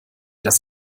das